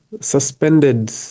suspended